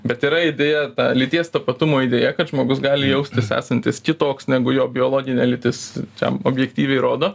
bet yra idėja ta lyties tapatumo idėja kad žmogus gali jaustis esantis kitoks negu jo biologinė lytis čia objektyviai rodo